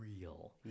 real